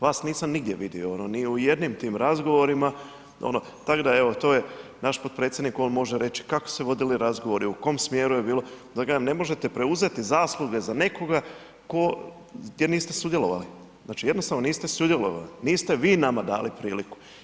Vas nisam nigdje vidio ono ni u jednim tim razgovorima ono, tak da evo to je, naš potpredsjednik on može reći kako se vodili razgovori u kom smjeru bilo, ne možete preuzeti zasluge za nekoga ko, gdje niste sudjelovali, znači jednostavno niste sudjelovali, niste vi nama dali priliku.